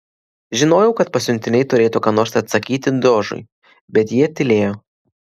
žinojau kad pasiuntiniai turėtų ką nors atsakyti dožui bet jie tylėjo